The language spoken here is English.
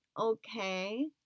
okay